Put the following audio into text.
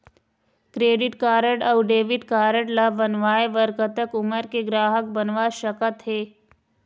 Credit card अऊ debit card ला बनवाए बर कतक उमर के ग्राहक बनवा सका थे?